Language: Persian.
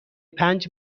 پنج